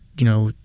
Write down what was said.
you know,